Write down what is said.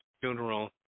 funeral